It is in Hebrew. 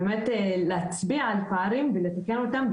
באמת להצביע על הפערים ולתקן אותם,